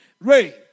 Ray